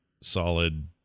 Solid